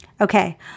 Okay